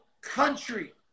country